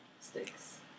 sticks